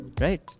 Right